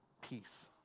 Peace